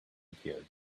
appeared